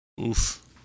Oof